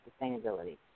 sustainability